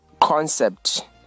concept